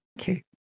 Okay